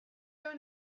doing